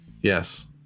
Yes